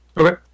Okay